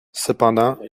cependant